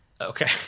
Okay